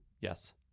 Yes